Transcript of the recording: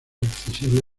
accesible